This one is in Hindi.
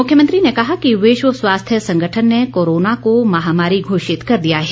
मुख्यमंत्री ने कहा कि विश्व स्वास्थ्य संगठन ने कोरोना को महामारी घोषित कर दिया है